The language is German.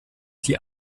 die